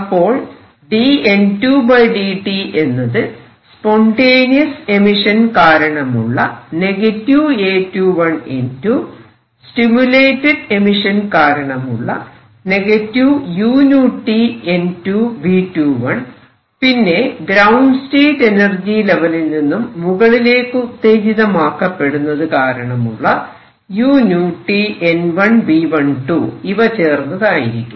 അപ്പോൾ dN2dt എന്നത് spontaneous emission കാരണമുള്ള A21N2 സ്റ്റിമുലേറ്റഡ് എമിഷൻ കാരണമുള്ള uTN2 B21 പിന്നെ ഗ്രൌണ്ട് സ്റ്റേറ്റ് എനർജി ലെവലിൽ നിന്നും മുകളിലേക്ക് ഉത്തേജിതമാക്കപ്പെടുന്നത് കാരണമുള്ള uTN1B12 ഇവ ചേർന്നതായിരിക്കും